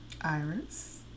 Iris